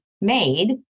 made